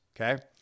okay